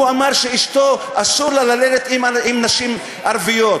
הוא אמר שאשתו אסור לה ללדת עם נשים ערביות.